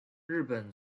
日本